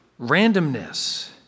randomness